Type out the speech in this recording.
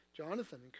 Jonathan